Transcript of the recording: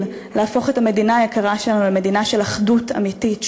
להפוך את המדינה היקרה שלנו למדינה של אחדות אמיתית,